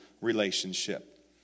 relationship